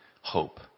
hope